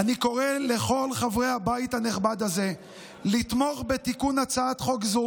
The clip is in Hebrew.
אני קורא לכל חברי הבית הנכבד הזה לתמוך בהצעת חוק זו